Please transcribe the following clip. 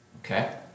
Okay